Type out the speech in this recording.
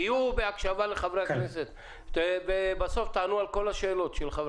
תהיו בהקשבה לחברי הכנסת ובסוף תענו על השאלות.